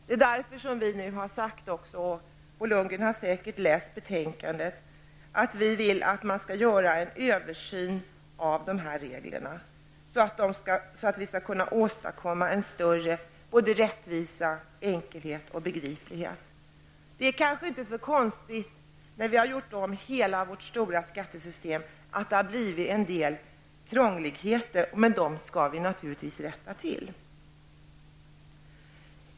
Det är därför som vi säger -- Bo Lundgren har säkert läst betänkandet -- att vi vill att det görs en översyn av de här reglerna. Det gäller ju att åstadkomma en större rättvisa samt enkelhet och begriplighet. Det är kanske inte så konstigt att det, när vi har gjort om hela vårt omfattande skattesystem, har uppstått en del krångel. Naturligtvis skall vi komma till rätta med uppkomna problem.